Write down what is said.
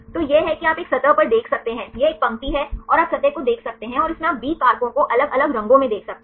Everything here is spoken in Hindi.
तो यह है कि आप एक सतह पर देख सकते हैं यह एक पंक्ति है और आप सतह को देख सकते हैं और इससे आप बी कारकों को अलग अलग रंगों में देख सकते हैं